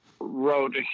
wrote